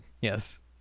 Yes